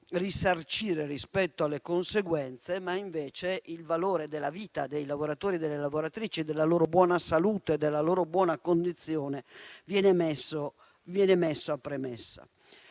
risarcire rispetto alle conseguenze, ma il valore della vita dei lavoratori e delle lavoratrici e della loro buona salute, della loro buona condizione viene messo a premessa.